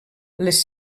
les